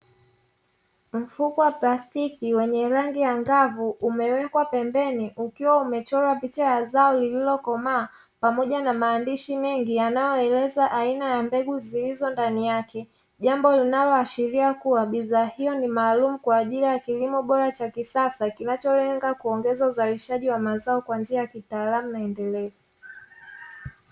Mfuko wa plastiki wenye rangi angavu, umewekwa pembeni ukiwa umechorwa picha ya zao liliokomaa, pamoja na maandishi mengi yanayoeleza aina ya mbegu zilizo ndani yake. Jambo linaloashiria kuwa bidhaa hiyo ni maalumu kwa ajili ya kilimo bora cha kisasa, kinacholenga kuongeza uzalishaji wa mazao, kwa njia ya kitaalamu na endelevu.